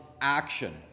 action